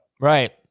Right